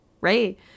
right